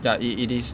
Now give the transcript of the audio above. ya it it is